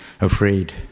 afraid